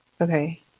Okay